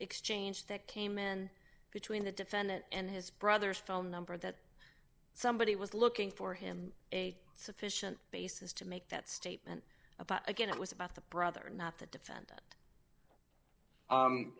exchange that came in between the defendant and his brother's phone number that somebody was looking for him a sufficient basis to make that statement about again it was about the brother not the defendant